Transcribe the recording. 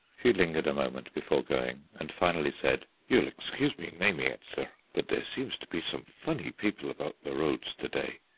she lingered a moment before going, and finally said you'll excuse me naming it, sir, but there seems to be some funny people about the roads to-day,